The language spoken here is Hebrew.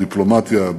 בדיפלומטיה,